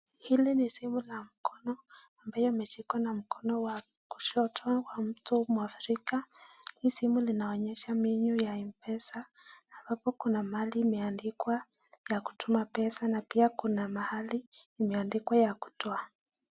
Hili ni simu la mkono ambao umeshikwa na mkono wa kushoto wa mtu Mwafrika. Hii simu inaonyesha menu ya Mpesa ambapo kuna mahali imeandikwa ya kutuma pesa, pia kuna mahali imeandikwa ya kutoa.